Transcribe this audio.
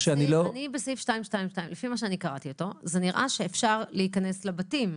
לפי מה שאני קראתי בסעיף 222 זה נראה שאפשר להיכנס לבתים.